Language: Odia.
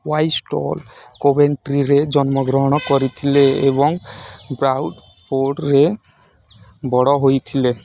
ହ୍ୱାଇଷ୍ଟଲ୍ କୋଭେଣ୍ଟ୍ରିରେ ଜନ୍ମଗ୍ରହଣ କରିଥିଲେ ଏବଂ ବ୍ରାଉଡ଼ଫୋଡ଼ରେ ବଡ଼ ହୋଇଥିଲେ